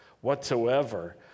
whatsoever